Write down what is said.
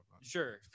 sure